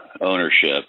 ownership